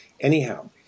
Anyhow